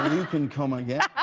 you can come ah yeah